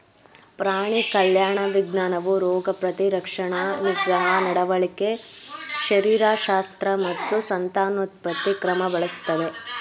ಪ್ರಾಣಿ ಕಲ್ಯಾಣ ವಿಜ್ಞಾನವು ರೋಗ ಪ್ರತಿರಕ್ಷಣಾ ನಿಗ್ರಹ ನಡವಳಿಕೆ ಶರೀರಶಾಸ್ತ್ರ ಮತ್ತು ಸಂತಾನೋತ್ಪತ್ತಿ ಕ್ರಮ ಬಳಸ್ತದೆ